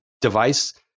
device